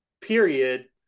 period